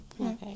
okay